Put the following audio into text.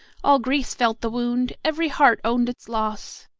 all greece felt the wound, every heart owned its loss.